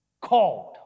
called